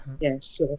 yes